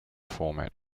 format